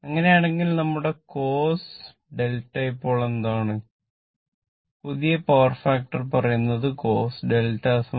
അങ്ങനെയാണെങ്കിൽ നമ്മുടെ cos 𝛿 ഇപ്പോൾ എന്താണ് പുതിയ പവർ ഫാക്ടർ പറയുന്നത് cos 𝛿 0